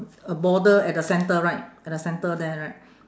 a border at the centre right at the centre there right